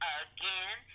again